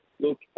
Look